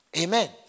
Amen